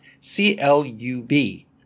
C-L-U-B